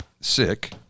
sick